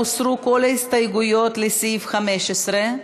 הוסרו כל ההסתייגויות לסעיף 15,